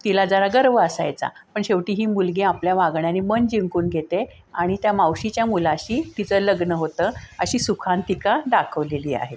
तिला जरा गर्व असायचा पण शेवटी ही मुलगी आपल्या वागण्याने मन जिंकून घेते आणि त्या मावशीच्या मुलाशी तिचं लग्न होतं अशी सुखांतिका दाखवलेली आहे